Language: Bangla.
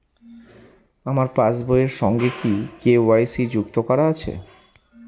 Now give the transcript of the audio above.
আমার পাসবই এর সঙ্গে কি কে.ওয়াই.সি যুক্ত করা আছে?